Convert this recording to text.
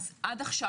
עד כה